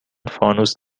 فانوس